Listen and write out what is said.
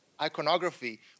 iconography